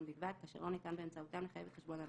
בלבד כאשר לא ניתן באמצעותם לחייב את חשבון הלקוח,